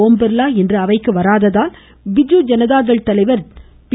ஓம் பிர்லா இன்று அவைக்கு வராதாதல் பிஜு ஜனதாதள் தலைவர் பி